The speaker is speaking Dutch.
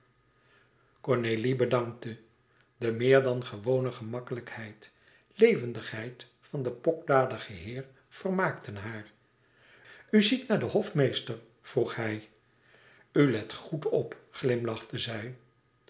cornélie bedankte de meer dan gewone gemakkelijkheid levendigheid van den pokdaligen heer vermaakten haar u ziet naar den hofmeester vroeg hij u let goed op glimlachte zij